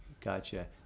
Gotcha